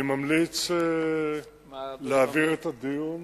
אני ממליץ להעביר את הדיון